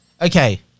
Okay